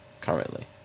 currently